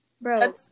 Bro